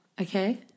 okay